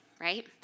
right